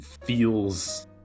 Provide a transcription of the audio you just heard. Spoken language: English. feels